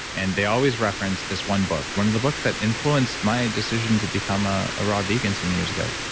and they always reference this one book, one of the books that influenced my decision to become a ah raw vegan some years ago,